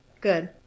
Good